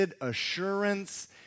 assurance